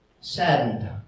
saddened